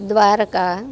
Dwarka